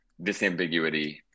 disambiguity